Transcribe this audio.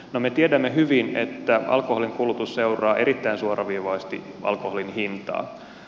no me tiedämme hyvin että alkoholinkulutus seuraa erittäin suoraviivaisesti alkoholin hintaa